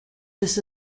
this